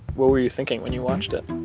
what were you thinking when you watched it?